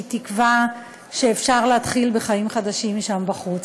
תקווה שאפשר להתחיל בחיים חדשים שם בחוץ.